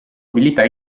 abilità